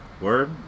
word